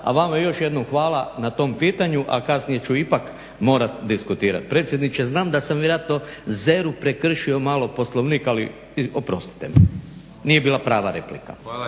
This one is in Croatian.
A vama još jednom hvala na tom pitanju, a kasnije ću ipak morat diskutirat. Predsjedniče, znam da sam vjerojatno zeru prekršio malo Poslovnik, ali oprostite mi. Nije bila prava replika.